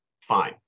Fine